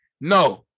No